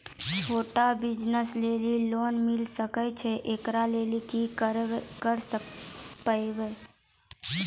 छोटा बिज़नस लेली लोन मिले सकय छै? एकरा लेली की करै परतै